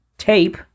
Tape